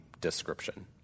description